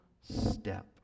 step